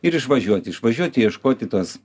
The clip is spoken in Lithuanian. ir išvažiuoti išvažiuoti ieškoti tos